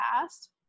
past